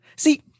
See